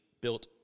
built